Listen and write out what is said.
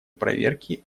проверки